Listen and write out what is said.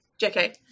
JK